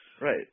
Right